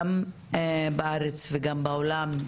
גם בארץ וגם בעולם,